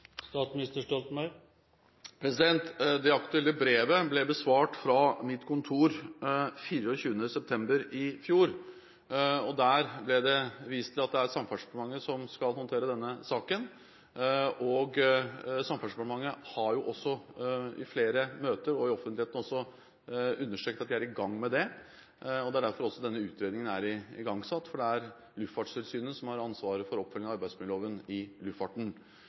Det aktuelle brevet ble besvart av mitt kontor 24. september i fjor. I svaret ble det vist til at det er Samferdselsdepartementet som skal håndtere denne saken. Samferdselsdepartementet har i flere møter og også i offentligheten understreket at de er i gang med det. Det er også derfor denne utredningen er igangsatt, for det er Luftfartstilsynet som har ansvaret for oppfølging av arbeidsmiljøloven i luftfarten.